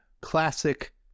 classic